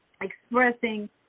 expressing